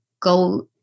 go